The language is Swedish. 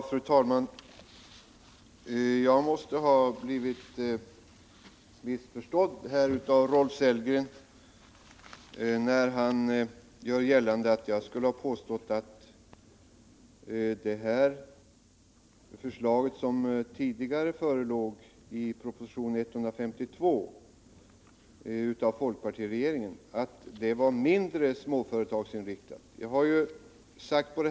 Fru talman! Jag måste ha blivit missförstådd av Rolf Sellgren, när han gör gällande att jag skulle ha påstått att det förslag som tidigare förelåg i proposition 1978/79:152 av folkpartiregeringen var mindre småföretagsinriktat än det nu föreliggande.